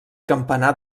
campanar